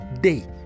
day